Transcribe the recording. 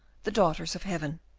the daughters of heaven.